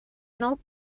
nou